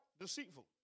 Deceitful